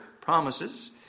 promises